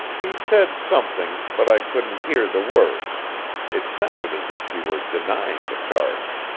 he said something, but i couldn't hear the words it sounded as if he were denying the charge.